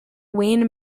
wayne